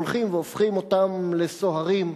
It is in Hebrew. והולכים והופכים אותם לסוהרים.